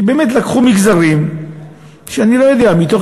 כי באמת לקחו מגזרים שאני לא יודע מתוך